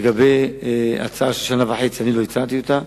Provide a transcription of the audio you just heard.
לגבי הצעה של שנה וחצי, אני לא הצעתי אותה,